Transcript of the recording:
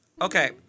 Okay